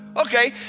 Okay